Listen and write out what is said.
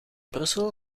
brussel